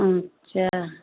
अच्छा